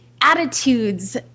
attitudes